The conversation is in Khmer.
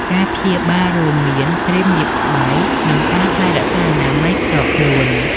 ការព្យាបាលរួមមានគ្រីមលាបស្បែក និងការថែរក្សាអនាម័យផ្ទាល់ខ្លួន។